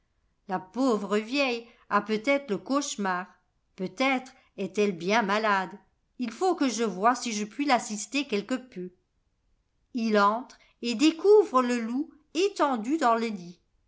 la pauvre vieille a peutêtre le cauchemar peut-être est-elle bien malade il faut que je voie si je puis l'assister quelque peu il entre et découvre le loup étendu dans le lit